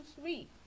sweet